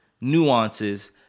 nuances